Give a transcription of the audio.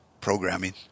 programming